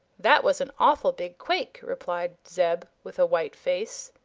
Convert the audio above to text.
that was an awful big quake, replied zeb, with a white face.